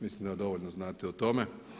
Mislim da dovoljno znate o tome.